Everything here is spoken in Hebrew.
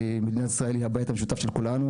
מדינת ישראל היא הבית המשותף של כולנו,